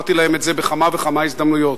ואמרתי להם את זה בכמה וכמה הזדמנויות.